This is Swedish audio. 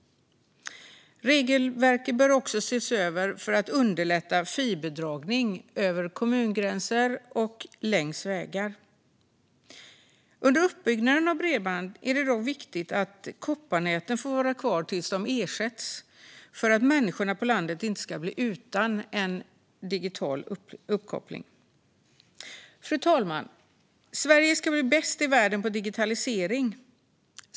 Regelverket bör också ses över för att underlätta fiberdragning över kommungränser och längs vägar. Under utbyggnaden av bredbandsnätet är det även viktigt att kopparnäten får vara kvar tills de har ersatts, för att människor på landet inte ska bli utan en digital uppkoppling. Fru talman! Sverige ska bli bäst i världen på digitalisering.